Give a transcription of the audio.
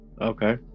Okay